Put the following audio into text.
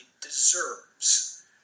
deserves